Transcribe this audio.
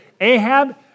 Ahab